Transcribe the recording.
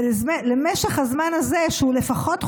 ולמשך הזמן הזה, שהוא לפחות חודשיים,